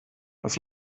was